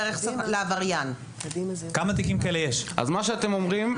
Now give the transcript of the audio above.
מה שאתם אומרים,